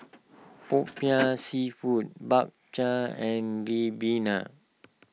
Popiah Seafood Bak Chang and Ribena